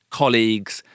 colleagues